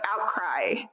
outcry